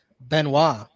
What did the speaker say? Benoit